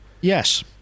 Yes